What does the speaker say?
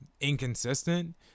inconsistent